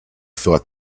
thought